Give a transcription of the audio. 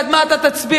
בעד מה אתה תצביע,